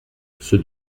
ceux